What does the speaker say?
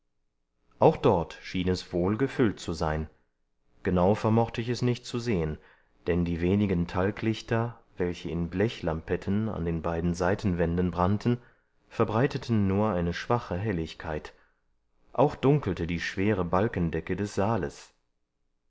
auch dort schien es wohlgefüllt zu sein genau vermochte ich es nicht zu sehen denn die wenigen talglichter welche in blechlampetten an den beiden seitenwänden brannten verbreiteten nur eine schwache helligkeit auch dunkelte die schwere balkendecke des saales